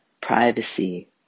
Privacy